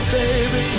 baby